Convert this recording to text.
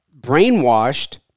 brainwashed